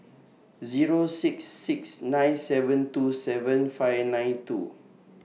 Zero six six nine seven two seven five nine two